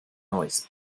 neues